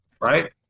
right